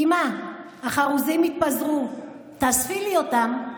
אימא, החרוזים התפזרו, תאספי לי אותם,